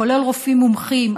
כולל רופאים מומחים,